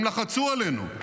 הם לחצו עלינו.